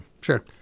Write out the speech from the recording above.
sure